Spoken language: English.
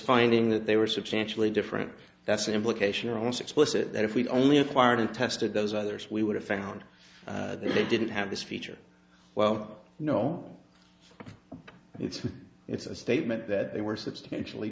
finding that they were substantially different that's an implication are also explicit that if we only acquired and tested those others we would have found they didn't have this feature well no i think it's a statement that they were substantially